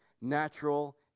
natural